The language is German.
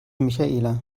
michaela